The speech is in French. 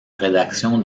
rédaction